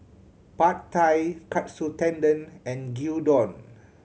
Pad Thai Katsu Tendon and Gyudon